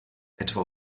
etwa